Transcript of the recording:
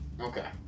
Okay